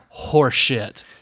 horseshit